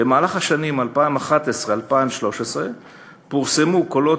במהלך השנים 2011 2013 פורסמו קולות